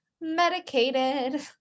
medicated